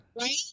Right